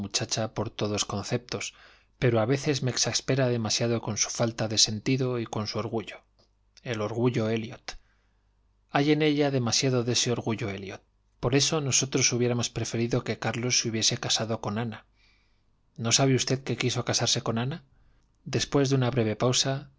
por todos conceptos pero a veces me exaspera demasiado con su falta de sentido y con su orgullo el orgullo elliot hay en ella demasiado de ese orgullo elliot por eso nosotros hubiéramos preferido que carlos se hubiese casado con ana no sabe usted que quiso casarse con ana después de una breve pausa